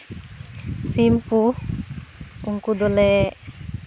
ᱥᱤᱢ ᱠᱚ ᱩᱱᱠᱩ ᱫᱚᱞᱮ